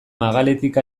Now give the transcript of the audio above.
magaletik